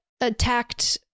attacked